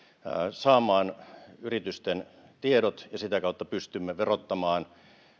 saamaan yritysten tiedot ja sitä kautta pystymme verottamaan